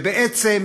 ובעצם